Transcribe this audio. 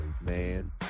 man